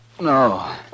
No